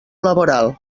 laboral